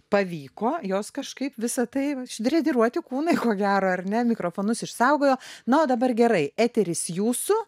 pavyko jos kažkaip visa tai ištreniruoti kūnai ko gero ar ne mikrofonus išsaugojo na o dabar gerai eteris jūsų